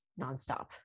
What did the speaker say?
nonstop